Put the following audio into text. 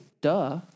duh